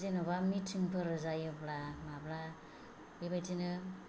जेनेबा मिटिंफोर जायोब्ला माब्लाबा बेबायदिनो